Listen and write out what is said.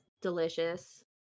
delicious